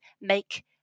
make